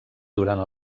durant